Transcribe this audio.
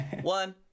One